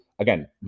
Again